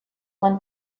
when